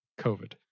COVID